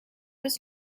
was